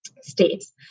states